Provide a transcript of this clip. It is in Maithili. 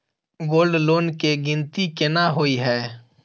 गोल्ड लोन केँ गिनती केना होइ हय?